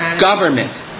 Government